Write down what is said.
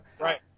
right